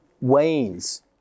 wanes